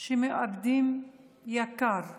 שמאבדות יקר להן.